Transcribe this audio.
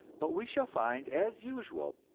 but we shall find, as usual,